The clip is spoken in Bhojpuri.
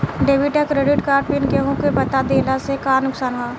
डेबिट या क्रेडिट कार्ड पिन केहूके बता दिहला से का नुकसान ह?